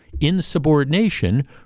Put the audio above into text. insubordination